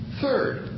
Third